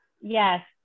Yes